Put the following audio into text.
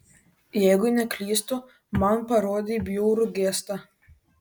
jeigu neklystu man parodei bjaurų gestą